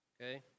Okay